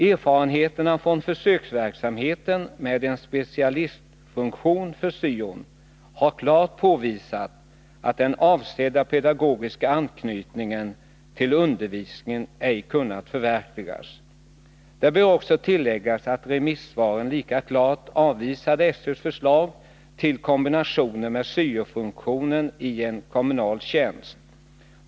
Erfarenheterna från försöksverksamheten med specialistfunktion för syon har klart påvisat att den avsedda pedagogiska anknytningen till undervisningen ej kunnat förverkligas. Det bör också tilläggas att remissvaren lika klart avvisade SÖ:s förslag till kombinationer med syo-funktionen i en kommunal tjänst.